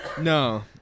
No